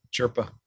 chirpa